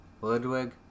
ludwig